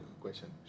question